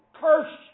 cursed